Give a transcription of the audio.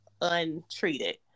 untreated